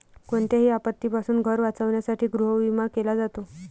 कोणत्याही आपत्तीपासून घर वाचवण्यासाठी गृहविमा केला जातो